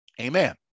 Amen